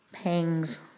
pangs